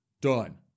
Done